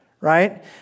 right